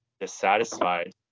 dissatisfied